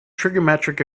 trigonometric